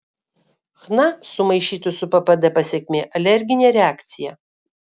chna sumaišytų su ppd pasekmė alerginė reakcija